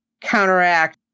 counteract